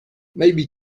maybe